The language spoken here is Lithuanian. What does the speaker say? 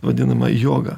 vadinama joga